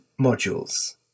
modules